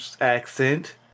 accent